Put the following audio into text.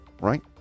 right